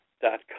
dot